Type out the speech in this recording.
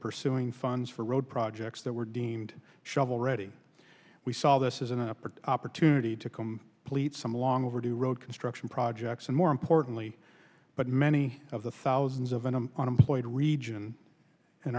pursuing funds for road projects that were deemed shovel ready we saw this is enough opportunity to come pleats some long overdue road construction projects and more importantly but many of the thousands of an i'm unemployed region and